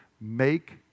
make